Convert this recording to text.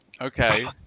Okay